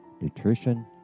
nutrition